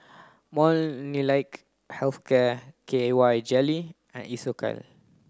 Molnylcke Health Care K Y Jelly and Isocal